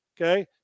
okay